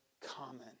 common